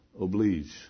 oblige